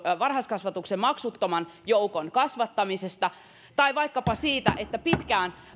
varhaiskasvatuksen maksuttoman joukon kasvattamisesta sekä vaikkapa sitä että pitkään